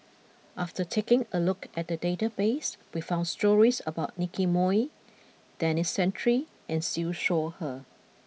after taking a look at the database we found stories about Nicky Moey Denis Santry and Siew Shaw Her